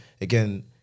again